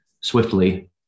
swiftly